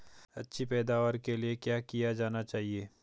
अच्छी पैदावार के लिए क्या किया जाना चाहिए?